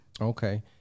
Okay